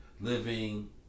living